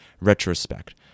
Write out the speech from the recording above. retrospect